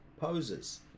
poses